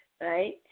right